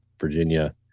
Virginia